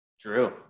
True